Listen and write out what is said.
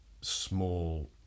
small